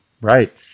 Right